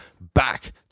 back